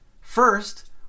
First